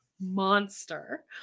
monster